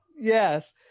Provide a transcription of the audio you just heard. Yes